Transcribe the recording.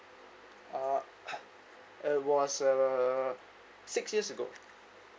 ah it was uh six years ago